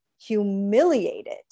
humiliated